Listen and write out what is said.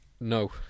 No